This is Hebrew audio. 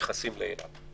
ושנכנסים לאילת.